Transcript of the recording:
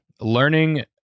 learning